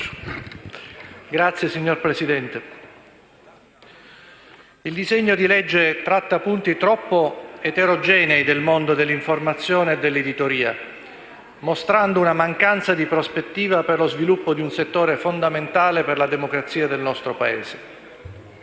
XVII)*. Signora Presidente, il disegno di legge al nostro esame tratta punti troppo eterogenei del mondo dell'informazione e dell'editoria, mostrando una mancanza di prospettiva per lo sviluppo di un settore fondamentale per la democrazia del nostro Paese.